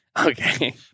Okay